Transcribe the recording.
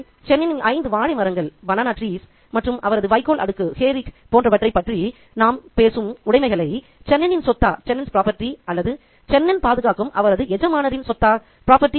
ஆகவே சென்னனின் ஐந்து வாழை மரங்கள் மற்றும் அவரது வைக்கோல் அடுக்கு போன்றவற்றைப் பற்றி நாம் பேசும் உடைமைகள் சென்னனின் சொத்தாChennan's property அல்லது சென்னன் பாதுகாக்கும் அவரது எஜமானரின் சொத்தா